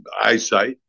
eyesight